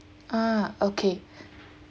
ah okay